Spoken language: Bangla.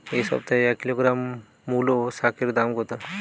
এ সপ্তাহে এক কিলোগ্রাম মুলো শাকের দাম কত?